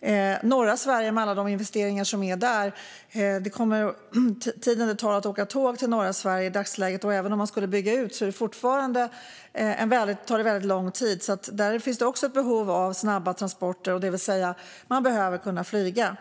Det görs stora investeringar i norra Sverige, och även med utbyggd järnväg tar tåget dit väldigt lång tid. Här finns också behov av snabba transporter, det vill säga behöver man kunna flyga.